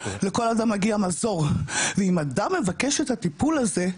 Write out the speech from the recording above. לכל אדם מגיע מזור ואם אדם מבקש את הטיפול הזה,